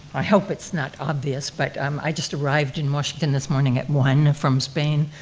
i hope it's not obvious, but um i just arrived in washington this morning at one, from spain,